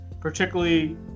particularly